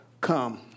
come